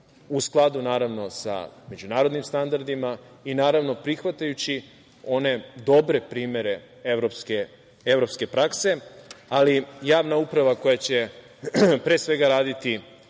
u skladu sa međunarodnim standardima i prihvatajući one dobre primere evropske prakse, ali javna uprava koja će pre svega raditi